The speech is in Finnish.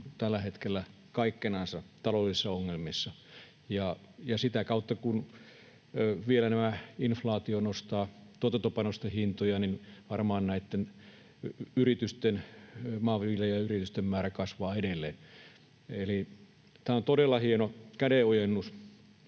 tällä hetkellä kaikkenansa taloudellisissa ongelmissa. Ja sitä kautta, kun vielä inflaatio nostaa tuotantopanosten hintoja, varmaan näitten maanviljelijäyritysten määrä kasvaa edelleen. Eli tämä on todella hieno kädenojennus